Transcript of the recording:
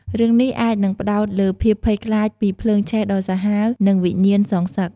រឿងនេះអាចនឹងផ្ដោតលើភាពភ័យខ្លាចពីភ្លើងឆេះដ៏សាហាវ និងវិញ្ញាណសងសឹក។